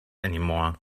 anymore